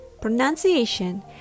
Pronunciation